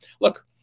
Look